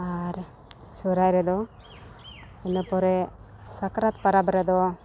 ᱟᱨ ᱥᱚᱦᱨᱟᱭ ᱨᱮᱫᱚ ᱤᱱᱟᱹ ᱯᱚᱨᱮ ᱥᱟᱠᱨᱟᱛ ᱯᱚᱨᱚᱵᱽ ᱨᱮᱫᱚ